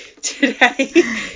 Today